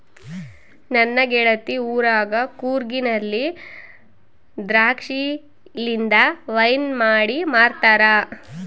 ನನ್ನ ಗೆಳತಿ ಊರಗ ಕೂರ್ಗಿನಲ್ಲಿ ದ್ರಾಕ್ಷಿಲಿಂದ ವೈನ್ ಮಾಡಿ ಮಾಡ್ತಾರ